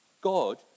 God